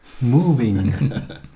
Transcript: moving